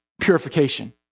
purification